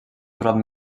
trobat